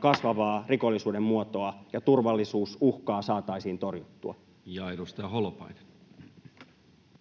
kasvavaa rikollisuuden muotoa ja turvallisuusuhkaa saataisiin torjuttua. Ja edustaja Holopainen.